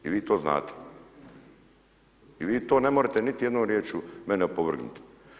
I vi to znate, i vi to ne morete niti jednom riječu mene opovrgnuti.